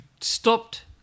stopped